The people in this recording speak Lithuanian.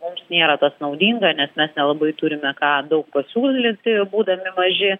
mums nėra tas naudinga nes mes nelabai turime ką daug pasiūlyti būdami maži